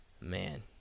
man